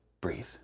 breathe